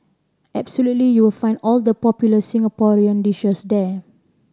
absolutely you will find all the popular Singaporean dishes there